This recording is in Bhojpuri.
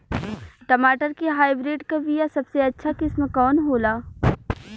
टमाटर के हाइब्रिड क बीया सबसे अच्छा किस्म कवन होला?